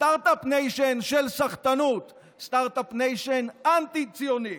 סטרטאפ ניישן של סחטנות, סטרטאפ ניישן אנטי-ציוני.